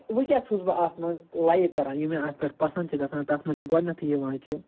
وۄنۍ کیٚاہ چھُس بہٕ اتھ منٛز لایک کران یہِ مےٚ اتھ پٮ۪ٹھ پسنٛد چھِ گژھان تتھ منٛز چھُ گۄڈٕنیٚتھے یِوان کہِ